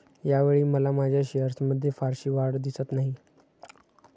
यावेळी मला माझ्या शेअर्समध्ये फारशी वाढ दिसत नाही